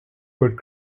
good